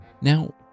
Now